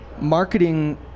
marketing